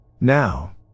Now